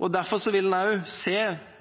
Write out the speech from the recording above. mandag, vil en se,